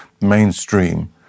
mainstream